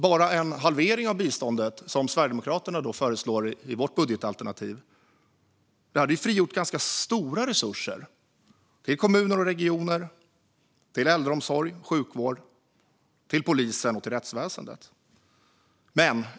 Bara en halvering av biståndet, som vi i Sverigedemokraterna föreslår i vårt budgetalternativ, hade frigjort ganska stora resurser till kommuner och regioner, till äldreomsorg och sjukvård och till polisen och rättsväsendet.